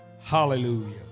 Hallelujah